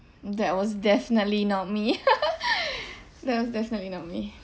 that was definitely not me that was definitely not me